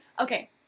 okay